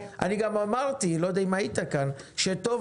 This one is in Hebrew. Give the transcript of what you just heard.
אני גם אמרתי אני לא יודע אם היית כאן שטוב